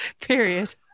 period